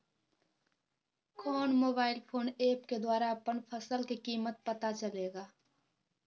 कौन mobile phone app के द्वारा अपन फसल के कीमत पता चलेगा?